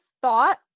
thought